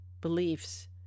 beliefs